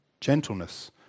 gentleness